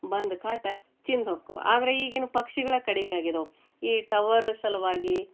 ಬಂದು ಕಾಟ ತಿಂದು ಹೊಕ್ಕುವ ಆದ್ರೆ ಈಗಿನ ಪಕ್ಷಿಗಳ ಕಡಿಮೆ ಆಗಿದ್ದಾವ ಈ ಟವರು ಸಲುವಾಗಿ